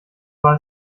war